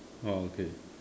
oh okay